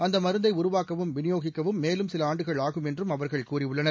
அந்த மருந்தை உருவாக்கவும் வினியோகிக்கவும் மேலும் சில ஆண்டுகள் ஆகும் என்றும் அவர்கள் கூறியுள்ளனர்